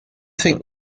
think